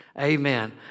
amen